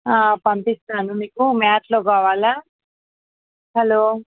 ఆ పంపిస్తాను మీకు మ్యాట్లో కావాలా హలో